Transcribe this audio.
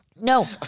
No